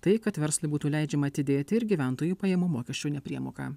tai kad verslui būtų leidžiama atidėti ir gyventojų pajamų mokesčio nepriemoką